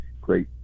great